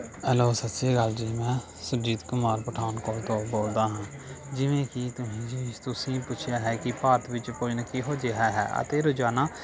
hello ਸਤਿ ਸ਼੍ਰੀ ਅਕਾਲ ਜੀ ਮੈਂ ਸੁਰਜੀਤ ਕੁਮਾਰ ਪਠਾਨਕੋਟ ਤੋਂ ਬੋਲਦਾ ਹਾਂ ਜਿਵੇਂ ਕਿ ਤੁਸੀਂ ਜੀ ਤੁਸੀਂ ਪੁੱਛਿਆ ਹੈ ਕਿ ਭਾਰਤ ਵਿੱਚ ਭੋਜਨ ਕਿਹੋ ਜਿਹਾ ਹੈ ਅਤੇ ਰੋਜ਼ਾਨਾ